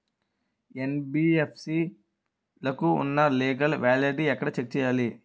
NBFC లకు ఉన్నా legal validity ఎక్కడ చెక్ చేయాలి?